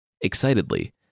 Excitedly